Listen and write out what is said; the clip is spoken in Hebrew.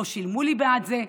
לא שילמו לי בעד זה,